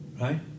right